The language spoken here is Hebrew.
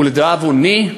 ולדאבוני,